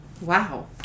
Wow